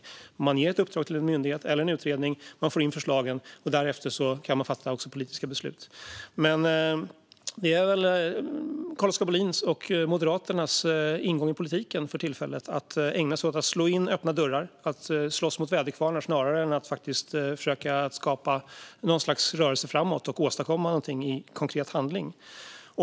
I stället ger man ett uppdrag till en myndighet eller en utredning, får in förslagen och kan därefter fatta politiska beslut. Men detta är väl Carl-Oskar Bohlins och Moderaternas ingång i politiken för tillfället: att ägna sig åt att slå in öppna dörrar och slåss mot väderkvarnar snarare än att faktiskt försöka skapa något slags rörelse framåt och åstadkomma någonting i konkret handling.